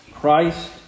Christ